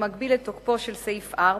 שמגביל את תוקפו של סעיף 4,